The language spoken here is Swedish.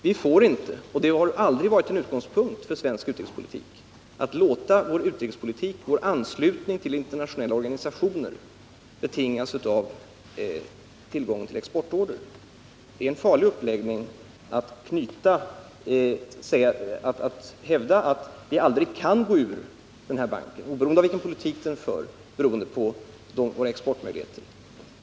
Vi får inte — och det har aldrig varit en utgångspunkt för svensk utrikespolitik — låta vår anslutning till internationella organisationer betingas av tillgången till exportorder. Det är en farlig uppläggning att hävda, att vi aldrig kan gå ur denna bank, oavsett vilken politik den för, beroende på våra exportmöjligheter.